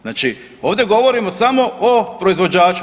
Znači ovdje govorimo samo o proizvođaču.